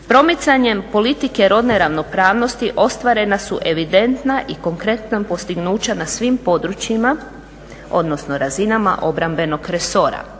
Promicanjem politike rodne ravnopravnosti ostvarena su evidentna i konkretna postignuća na svim područjima odnosno razinama obrambenog resora.